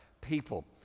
people